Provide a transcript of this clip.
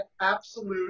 absolute